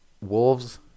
wolves